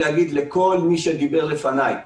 להגיד לכל מי שדיבר לפניי